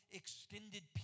extended